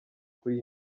kuri